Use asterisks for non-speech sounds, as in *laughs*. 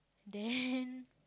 then *laughs*